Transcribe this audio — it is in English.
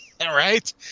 Right